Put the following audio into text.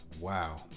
wow